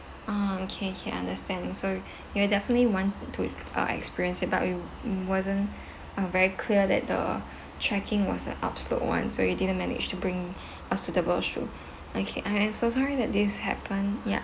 orh okay okay I understand so you'll definitely want to uh experience it but it wasn't uh very clear that the trekking was an upslope [one] so you didn't manage to bring a suitable shoe okay I I'm so sorry that this happen ya